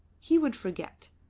he would forget.